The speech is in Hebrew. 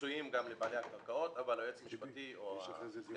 ולפיצויים את בעלי הקרקעות אבל היועץ המשפטי או הסגנית